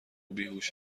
بیهوش